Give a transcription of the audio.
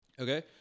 Okay